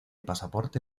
pasaporte